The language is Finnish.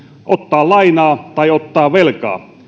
ottaa lainaa tai ottaa velkaa